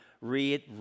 read